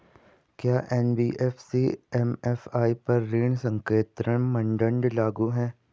क्या NBFC MFI पर ऋण संकेन्द्रण मानदंड लागू हैं?